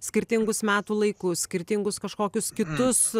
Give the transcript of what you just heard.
skirtingus metų laikus skirtingus kažkokius kitus